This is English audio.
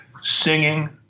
singing